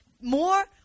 More